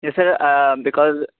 yes sir because